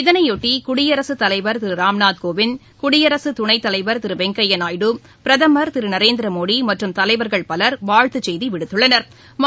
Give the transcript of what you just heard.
இதனையொட்டி குடியரசுத்தலைவர் திரு ராம்நாத்கோவிந்த் குடியரசுத்துணைத்தலைவர் திரு வெங்கய்யா நாயுடு பிரதமர் திரு நரேந்திரமோடி மற்றும் தலைவர்கள் பவர் வாழ்த்து செய்தி விடுக்கள்ளனா்